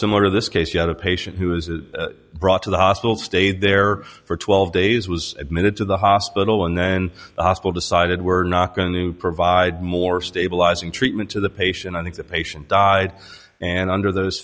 similar in this case you had a patient who was a brought to the hospital stayed there for twelve days was admitted to the hospital and then possible decided we're not going to provide more stabilizing treatment to the patient i think the patient died and under those